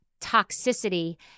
toxicity